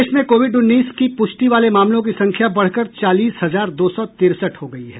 देश में कोविड उन्नीस की पुष्टि वाले मामलों की संख्या बढ़कर चालीस हजार दो सौ तिरसठ हो गई हैं